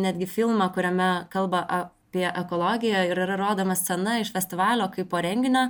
netgi filmą kuriame kalba apie ekologiją ir yra rodoma scena iš festivalio kai po renginio